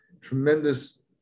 tremendous